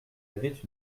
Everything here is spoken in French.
avait